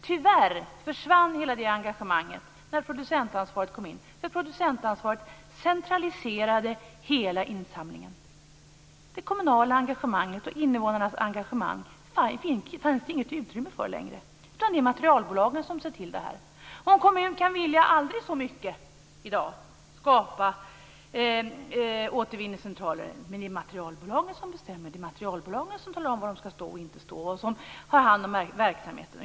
Tyvärr försvann hela det engagemanget när producentansvaret kom in, för producentansvaret centraliserade hela insamlingen. Det kommunala engagemanget, och invånarnas engagemang, fanns det inget utrymme för längre. Det är materialbolagen som ser till det här. En kommun kan i dag vilja skapa återvinningscentraler aldrig så mycket. Men det är materialbolagen som bestämmer. Det är materialbolagen som talar om var de skall stå och inte stå och som har hand om verksamheten.